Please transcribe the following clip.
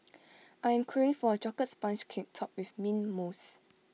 I am craving for A Chocolate Sponge Cake Topped with Mint Mousse